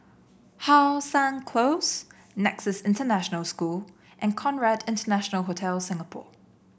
How Sun Close Nexus International School and Conrad International Hotel Singapore